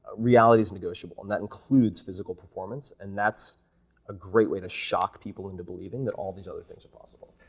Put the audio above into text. reality is negotiable, and that includes physical performance, and that's a great way to shock people into believing that all these other things are possible.